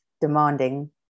demanding